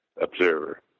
observer